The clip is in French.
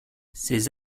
ces